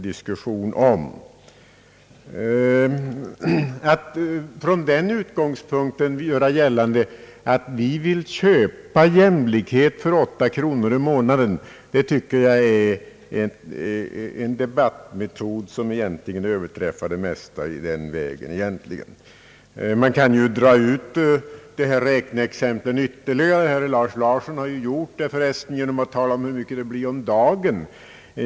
Men att från denna utgångspunkt göra gällande att vi vill köpa jämlikhet för åtta kronor i månaden är enligt min uppfattning en debattmetod som egentligen överträffar det mesta. Man kan ju dra ut det aktuella räkneexemplet ytterligare. Herr Lars Larsson har för resten gjort det genom att tala om hur mycket pengar per dag det rör sig om.